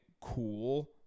cool